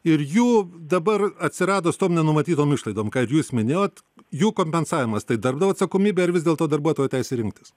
ir jų dabar atsiradus tom numatytom išlaidom ką ir jūs minėjot jų kompensavimas tai darbdavio atsakomybė ar vis dėlto darbuotojo teisė rinktis